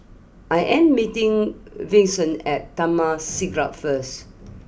I am meeting Vicente at Taman Siglap first